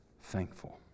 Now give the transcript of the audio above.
thankful